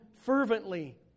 fervently